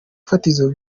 fatizo